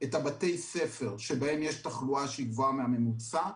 את בתי הספר שבהם יש תחלואה גבוהה מהממוצע.